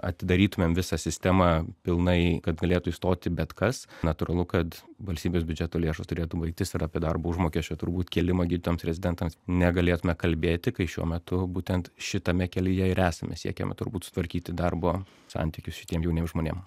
atidarytumėm visą sistemą pilnai kad galėtų įstoti bet kas natūralu kad valstybės biudžeto lėšos turėtų baigtis ir apie darbo užmokesčio turbūt kėlimą gydytojams rezidentams negalėtume kalbėti kai šiuo metu būtent šitame kelyje ir esame siekiame turbūt sutvarkyti darbo santykius šitiem jauniem žmonėm